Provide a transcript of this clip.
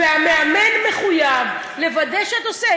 והמאמן מחויב לוודא שאתה עושה,